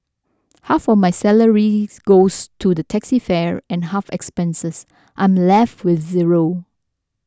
half of my salaries goes to the taxi fare and after expenses I'm left with zero